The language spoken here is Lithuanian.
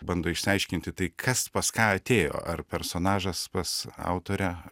bando išsiaiškinti tai kas pas ką atėjo ar personažas pas autorę